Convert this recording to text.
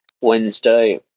wednesday